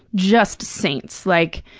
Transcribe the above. just saints. like,